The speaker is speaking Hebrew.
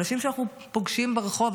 אנשים שאנחנו פוגשים ברחוב,